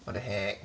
what the heck